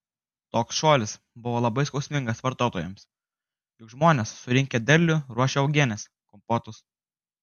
toks šuolis buvo labai skausmingas vartotojams juk žmonės surinkę derlių ruošia uogienes kompotus